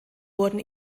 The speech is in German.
wurden